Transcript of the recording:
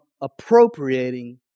appropriating